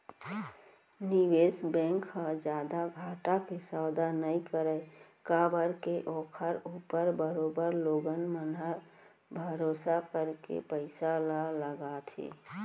निवेस बेंक ह जादा घाटा के सौदा नई करय काबर के ओखर ऊपर बरोबर लोगन मन ह भरोसा करके पइसा ल लगाथे